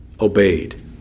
obeyed